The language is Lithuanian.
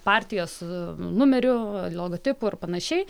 partijos numeriu logotipu ir panašiai